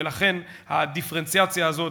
ולכן הדיפרנציאציה הזאת,